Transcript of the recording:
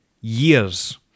years